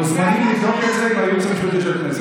מוזמנים לבדוק את זה עם הייעוץ המשפטי של הכנסת.